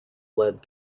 led